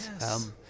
Yes